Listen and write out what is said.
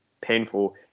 painful